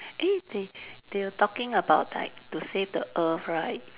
eh they they were talking about like to save the earth right